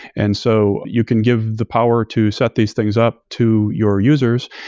and so you can give the power to set these things up to your users.